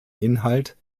inhalt